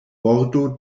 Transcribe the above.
bordo